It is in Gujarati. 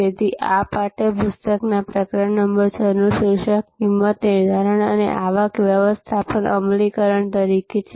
તેથી આ પાઠ્ય પુસ્તકમાં પ્રકરણ નંબર 6 નું શીર્ષક કિંમત નિર્ધારણ અને આવક વ્યવસ્થાપન અમલીકરણ તરીકે છે